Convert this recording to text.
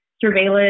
surveillance